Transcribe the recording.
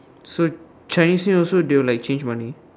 so Chinese new year also they will like change money